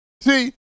See